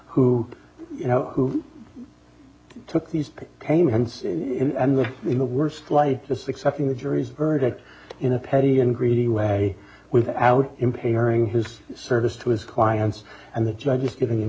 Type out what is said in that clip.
know who took these payments and the worst flight this accepting the jury's verdict in a petty and greedy way without impairing his service to his clients and the judge is giv